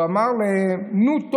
הוא אמר להם: נו,